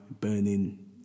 burning